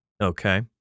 Okay